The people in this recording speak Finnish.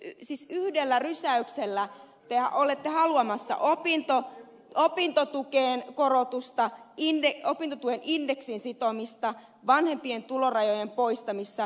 te olette yhdellä lisäyksellä ja ole halua nostaa rysäyksellä haluamassa opintotukeen korotusta opintotuen indeksiin sitomista vanhempien tulorajojen poistamista